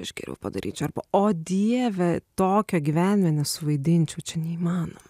aš geriau padaryčiau arba o dieve tokio gyvenime nesuvaidinčiau čia neįmanoma